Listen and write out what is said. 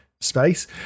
space